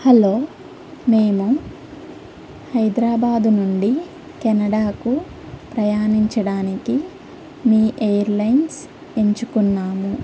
hello మేము హైదరాబాదు నుండి కెనడాకు ప్రయాణించడానికి మీ ఎయిర్లైన్స్ ఎంచుకున్నాము